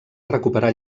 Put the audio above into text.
recuperar